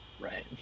Right